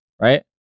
Right